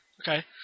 Okay